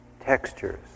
textures